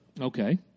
Okay